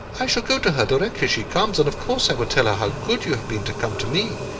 i shall go to her directly she comes, and of course i will tell her how good you have been to come to me.